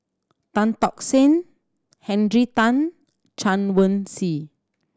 Tan Tock San Henry Tan Chen Wen Hsi